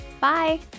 Bye